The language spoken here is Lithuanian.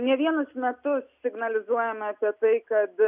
ne vienus metus signalizuojame apie tai kad